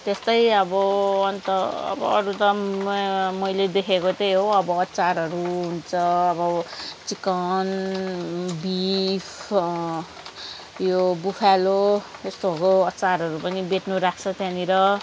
त्यस्तै अब अन्त अब अरू त मैले देखेको त्यही हो अब अचारहरू हुन्छ अब चिकन बिफ यो बुफ्यालो यस्तोको अचारहरू पनि बेच्नु राख्छ त्यहाँनिर